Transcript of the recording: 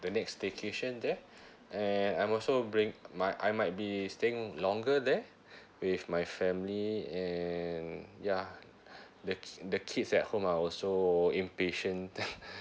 the next staycation there and I'm also bring my I might be staying longer there with my family and ya the ki~ the kids at home are also impatient